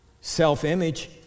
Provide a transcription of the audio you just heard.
self-image